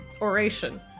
oration